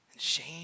Shame